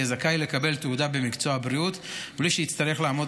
יהיה זכאי לקבל תעודה במקצוע הבריאות בלי שיצטרך לעמוד